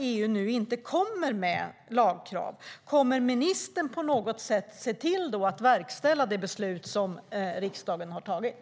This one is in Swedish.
Om EU inte kommer med krav enligt lag, kommer ministern då på något sätt att se till att verkställa det beslut som riksdagen har tagit?